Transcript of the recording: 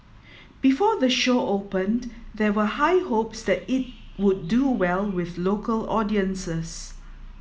before the show opened there were high hopes that it would do well with local audiences